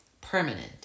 permanent